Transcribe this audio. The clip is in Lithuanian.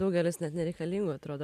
daugelis net nereikalingų atrodo